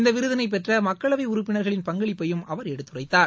இந்த விருதினை பெற்ற மக்களவை உறுப்பினர்களின் பங்களிப்பையும் அவர் எடுத்துரைத்தார்